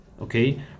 okay